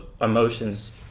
emotions